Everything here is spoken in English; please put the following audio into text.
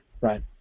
right